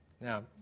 Now